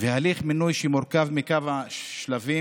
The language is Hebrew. והליך מינוי שמורכב מכמה שלבים.